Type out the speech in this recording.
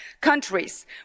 countries